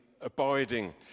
abiding